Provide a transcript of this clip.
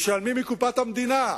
משלמים מקופת המדינה.